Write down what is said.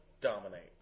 dominate